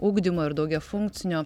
ugdymo ir daugiafunkcinio